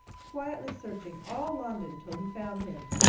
quietly searching all london till he found him!